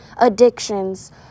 addictions